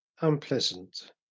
unpleasant